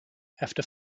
after